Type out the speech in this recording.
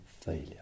failure